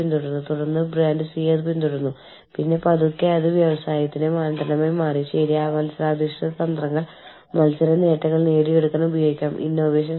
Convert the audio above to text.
പിന്നെ United Kingdom പോലെയുള്ള ചെലവേറിയ രാജ്യത്ത് ബംഗ്ലദേശ് അല്ലെങ്കിൽ ശ്രീലങ്ക പോലെയുള്ള ചെലവുകുറഞ്ഞ രാജ്യങ്ങളിൽ ജീവനക്കാരുടെ മക്കളുടെ വിദ്യാഭ്യാസത്തിനായി നിങ്ങൾ എത്രമാത്രം ചെലവഴിക്കുന്നു എന്നത് തമ്മിൽ ചില സമാനതകൾ ഉണ്ടായിരിക്കണം